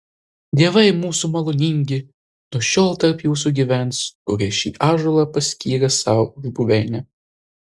dievai mūsų maloningi nuo šiol tarp jūsų gyvens kurie šį ąžuolą paskyrė sau už buveinę